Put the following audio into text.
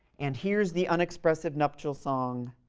and hears the unexpressive nuptial song,